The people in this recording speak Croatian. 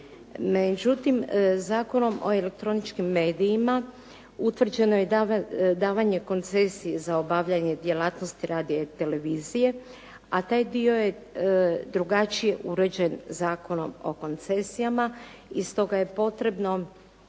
Međutim, Zakonom o elektroničkim medijima utvrđeno je davanje koncesije za obavljanje djelatnosti radija i televizije, a taj dio je drugačije uređen Zakonom o koncesijama i stoga je potrebno